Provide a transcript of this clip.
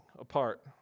apart